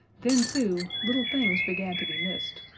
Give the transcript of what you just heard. then, too, little things began to be missed.